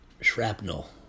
shrapnel